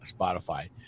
Spotify